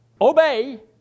obey